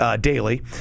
daily